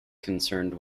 concerned